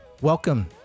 welcome